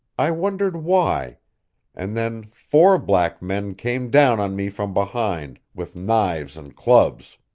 i wondered why and then four black men came down on me from behind, with knives and clubs.